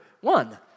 one